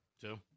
Two